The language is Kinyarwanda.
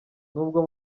nubwo